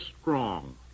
strong